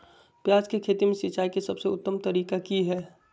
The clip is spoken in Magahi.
प्याज के खेती में सिंचाई के सबसे उत्तम तरीका की है?